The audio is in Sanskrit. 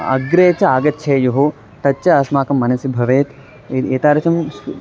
अग्रे च आगच्छेयुः तच्च अस्माकं मनसि भवेत् ए एतादृशम्